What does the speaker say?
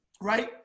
right